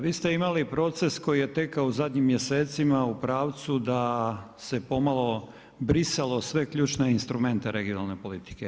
Vi ste imali proces koji je tekao zadnjim mjesecima u pravcu da se pomalo brisalo sve ključne instrumente regionalne politike.